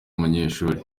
umunyeshuri